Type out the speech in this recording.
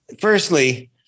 Firstly